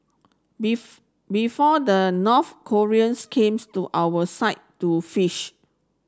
before the North Koreans came to our side to fish